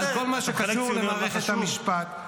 -- על כל מה שקשור למערכת המשפט.